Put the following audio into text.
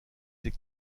ses